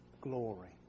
glory